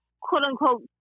quote-unquote